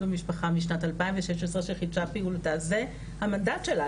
במשפחה משנת 2016 שחידשה פעילותה זה המנדט שלה,